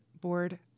board